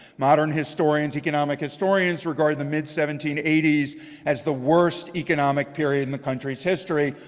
modern historians, economic historians regard the mid seventeen eighty s as the worst economic period in the country's history,